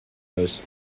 most